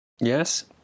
Yes